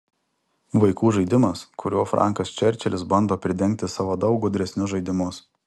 vaikų žaidimas kuriuo frankas čerčilis bando pridengti savo daug gudresnius žaidimus